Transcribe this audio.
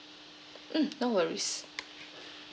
mm no worries